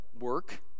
work